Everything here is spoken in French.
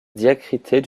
diacritée